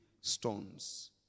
stones